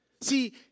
see